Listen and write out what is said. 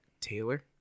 Taylor